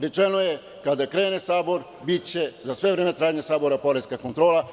Rečeno je da kada krene sabor biće za sve vreme trajanja sabora poreska kontrola.